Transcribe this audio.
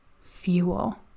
fuel